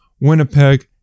Winnipeg